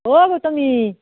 অ' Gautami